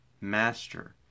master